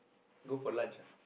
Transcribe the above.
go for lunch ah